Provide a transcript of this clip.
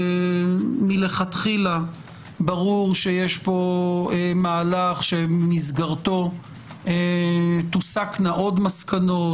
מלכתחילה ברור שיש פה מהלך שבמסגרתו תוסקנה עוד מסקנות,